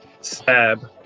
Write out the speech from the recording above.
stab